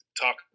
talk